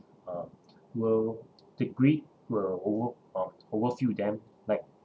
uh will the greed will over~ uh overfill them like